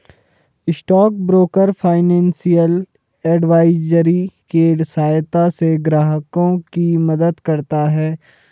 stock broker financial advisory के सहायता से ग्राहकों की मदद करता है